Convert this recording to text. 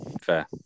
Fair